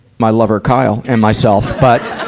my lover kyle and myself. but,